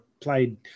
played